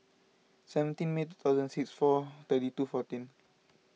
seventeen May two thousand six four thirty two fourteen